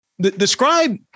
Describe